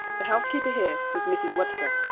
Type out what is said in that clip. the housekeeper here was mrs webster.